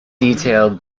detailed